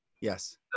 Yes